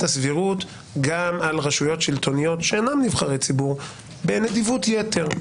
הסבירות גם על רשויות שלטוניות שאינן נבחרי ציבור בנדיבות יתר,